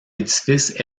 édifice